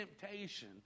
temptation